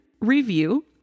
review